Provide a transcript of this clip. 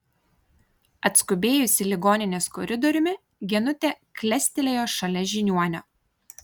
atskubėjusi ligoninės koridoriumi genutė klestelėjo šalia žiniuonio